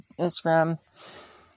Instagram